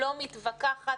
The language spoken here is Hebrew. לא מתווכחת,